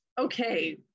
okay